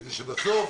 כדי שבסוף